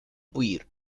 huir